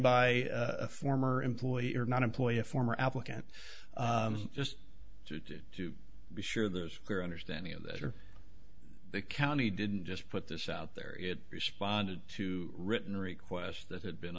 by a former employee or not employ a former applicant just to be sure there's a clear understanding of their county didn't just put this out there it responded to written requests that had been